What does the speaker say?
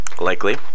likely